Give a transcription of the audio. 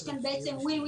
יש כאן מצב של win-win,